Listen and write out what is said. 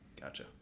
Gotcha